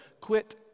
quit